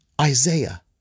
Isaiah